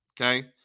Okay